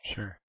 Sure